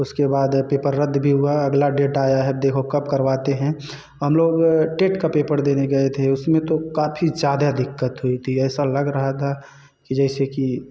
उसके बाद है पेपर रद्द भी हुआ अगला डेट आया है देखो कब करवाते हैं हम लोग टेट का पेपर देने गए थे उसमें तो काफ़ी ज़्यादा दिक्कत हुई थी ऐसा लग रहा था कि जैसे कि